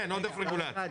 כן, עודף רגולציה.